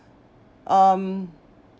um